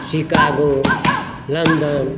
Chicago London